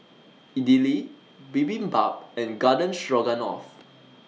Idili Bibimbap and Garden Stroganoff